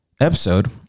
episode